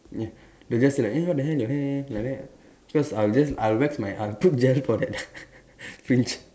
they just say like eh what the hell your hair like that cause I'll just I'll wax I'll put gel just for that fringe